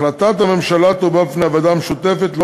החלטת הממשלה תובא בפני הוועדה המשותפת לא